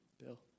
Bill